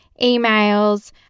emails